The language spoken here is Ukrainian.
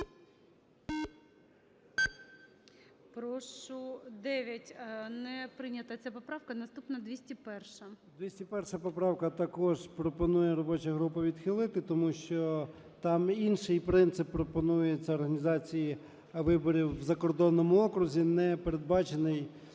Прошу, 9, не прийнята ця поправка. Наступна – 201-а. 13:57:12 ЧЕРНЕНКО О.М. 201 поправка. Також пропонує робоча група відхилити, тому що там інший принцип пропонується організації виборів в закордонному окрузі, не передбачений